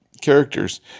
characters